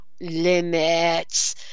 Limits